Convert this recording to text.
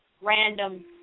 random